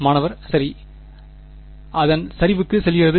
மாணவர் சரி அது அதன் சரிவுக்குச் செல்கிறது